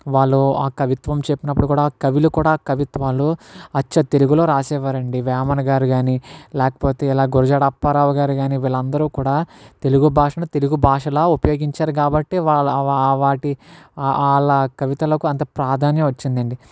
వాళ్ళు ఆ కవిత్వం చెప్పినప్పుడు కూడా కవులు కూడా కవిత్వాలు అచ్చ తెలుగులో రాసేవారండి వేమన గారు కానీ లేకపోతే ఇలా గురజాడ అప్పారావు గారు కానీ వీళ్ళందరు కూడా తెలుగు భాషను తెలుగు భాషలా ఉపయోగించారు కాబట్టి వాళ్ళ వాటి వాళ్ళ కవితలకు అంత ప్రాధాన్యం వచ్చిందండి